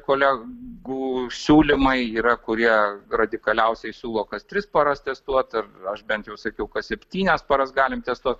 kolegų siūlymai yra kurie radikaliausiai siūlo kas tris paras testuot ir aš bent jau sakiau kas septynias paras galim testuot